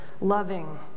loving